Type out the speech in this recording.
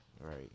Right